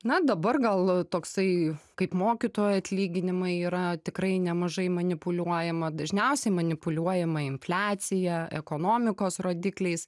na dabar gal toksai kaip mokytojų atlyginimai yra tikrai nemažai manipuliuojama dažniausiai manipuliuojama infliacija ekonomikos rodikliais